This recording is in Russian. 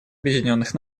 объединенных